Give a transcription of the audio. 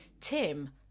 Tim